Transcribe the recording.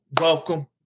welcome